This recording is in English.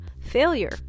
failure